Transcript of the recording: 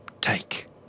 take